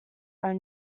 own